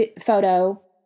photo